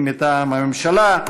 אם מטעם הממשלה.